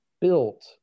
built